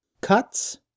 Cuts